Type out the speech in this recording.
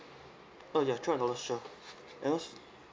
uh ya twelve dollar sure and also